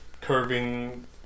curving